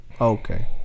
Okay